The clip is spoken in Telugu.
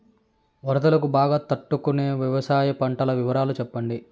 వరదలకు బాగా తట్టు కొనే వ్యవసాయ పంటల వివరాలు చెప్పండి?